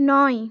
নয়